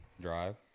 drive